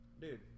dude